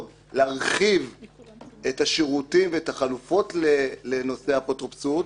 להרחיב את השירותים ואת החלופות לנושא האפוטרופסות,